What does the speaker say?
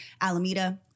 alameda